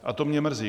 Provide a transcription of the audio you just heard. A to mě mrzí.